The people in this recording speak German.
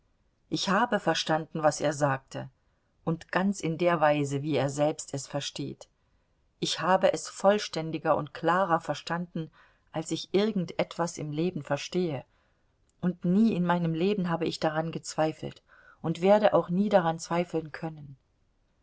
ich habe verstanden was er sagte und ganz in der weise wie er selbst es versteht ich habe es vollständiger und klarer verstanden als ich irgend etwas im leben verstehe und nie in meinem leben habe ich daran gezweifelt und werde auch nie daran zweifeln können